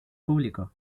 público